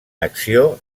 acció